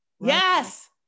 Yes